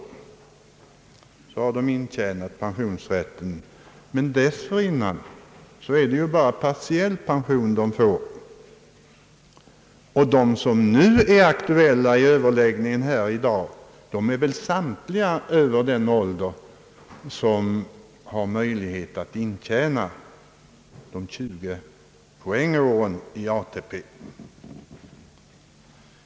De som var äldre vid starten för ATP får ju bara partiell tillläggspension. Och de kategorier, som är aktuella i dagens överläggning, torde samtliga vara över den ålder där man har möjlighet att intjäna de 20 poängåren.